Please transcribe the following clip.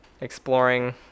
exploring